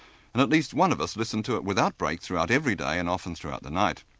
and at least one of us listened to it without break throughout every day and often throughout the night.